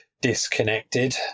disconnected